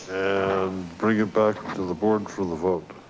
and bring it back to the board for the vote